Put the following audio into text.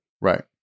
Right